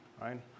right